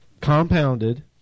compounded